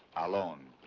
alone.